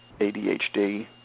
ADHD